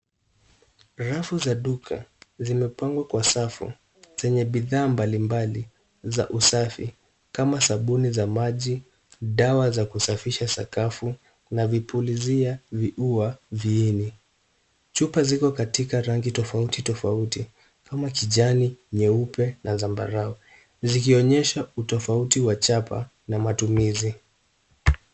Rafu za duka zimepangwa kwa safu, zenye bidhaa mbalimbali za usafi, kama sabuni za maji, dawa za kusafisha sakafu, na vipulizia viua viini. Chupa ziko katika rangi tofauti tofauti, kama kijani, nyeupe, na zambarau, zikionyesha utofauti wa chapa na matumizi.